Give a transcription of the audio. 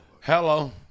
Hello